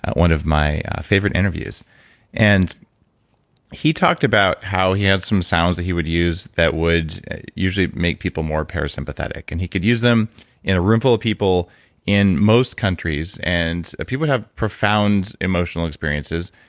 one of my favorite interviews and he talked about how he had some sounds that he would use that would usually make people more parasympathetic, and he could use them in a room full of people in most countries. and people would have profound emotional experiences.